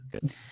good